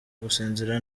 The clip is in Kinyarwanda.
gusinzira